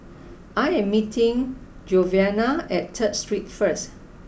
I am meeting Giovanna at Third Street first